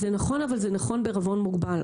זה נכון, אבל זה נכון בערבון מוגבל.